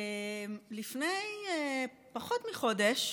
לפני פחות מחודש,